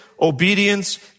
obedience